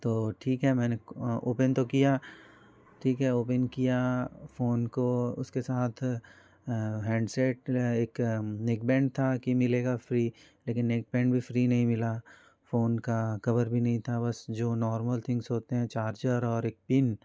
तो ठीक है मैंने ओपन तो किया ठीक है ओपन किया फ़ोन को उसके साथ हैंडसेट एक नेक बैंड था कि मिलेगा फ़्री लेकिन नेक बैंड फ़्री नहीं मिला फ़ोन का कभर भी नही था जो नॉर्मल थिंग्स होते हैं चार्जर और एक पिन